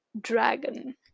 dragon